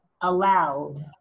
allowed